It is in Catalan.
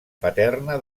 paterna